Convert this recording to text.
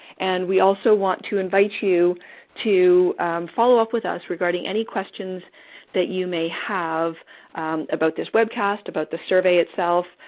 and we also want to invite you to follow up with us regarding any questions that you may have about this webcast, about the survey itself,